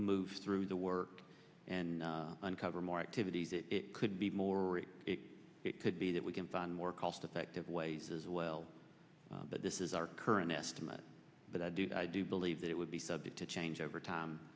move through the work and uncover more activities it could be more or it could be that we can find more cost effective ways as well but this is our current estimate but i do i do believe that it would be subject to change over time